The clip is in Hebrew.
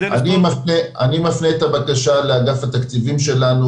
--- אני מפנה את הבקשה לאגף התקציבים שלנו,